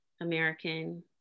American